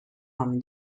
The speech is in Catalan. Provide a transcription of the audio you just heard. amb